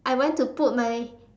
I went to put my